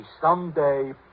someday